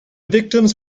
victims